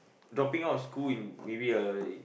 dropping out of school in maybe a